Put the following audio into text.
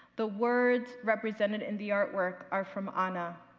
the words represented in the artwork are from anna,